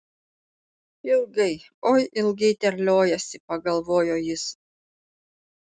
ilgai oi ilgai terliojasi pagalvojo jis